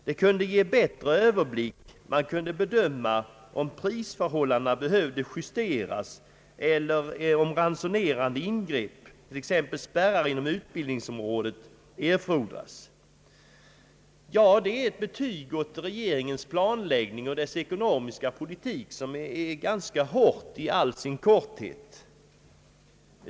Det kunde ge bättre överblick; man kunde bedöma om prisförhållandena behövde justeras eller om ransonerande ingrepp erfordras.» Ja, det är ett betyg åt regeringens planläggning och dess ekonomiska politik, som är hårt i all sin korthet.